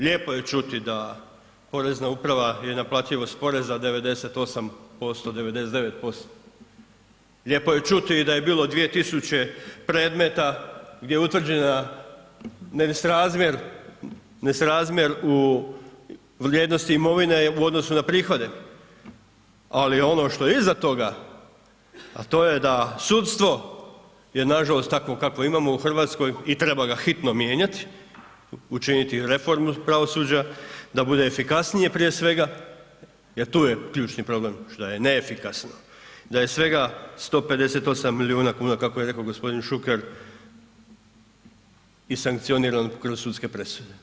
Lijepo je čuti da Porezna uprava je naplativost poreza 98%, 99%, lijepo je čuti i da je bilo 2.000 predmeta gdje je utvrđen nesrazmjer u vrijednosti imovine u odnosu na prihode, ali ono što je iza toga, a to je da sudstvo je nažalost takvo kakvo imamo u Hrvatskoj i treba ga hitno mijenjati, učiniti reformu pravosuđa, da bude efikasnije prije svega jer tu je ključni problem što je neefikasno, a je svega 158 miliona kuna kako je reko gospodin Šuker isankcionirano kroz sudske presude.